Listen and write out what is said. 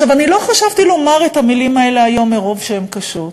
אני לא חשבתי לומר את המילים האלה היום מרוב שהן קשות,